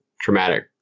traumatic